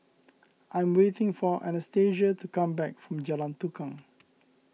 I am waiting for Anastasia to come back from Jalan Tukang